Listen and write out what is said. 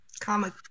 comic